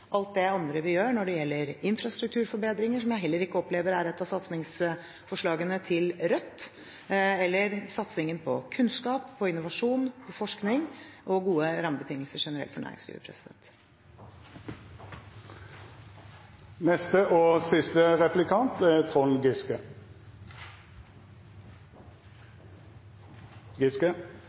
alt det andre vi gjør når det gjelder infrastrukturforbedringer, som jeg heller ikke opplever er et av satsingsforslagene til Rødt, eller satsingen på kunnskap, på innovasjon og forskning og på gode rammebetingelser for næringslivet generelt. Neste og siste replikant er Trond Giske.